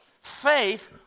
Faith